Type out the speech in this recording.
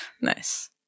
Nice